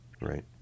right